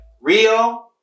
Rio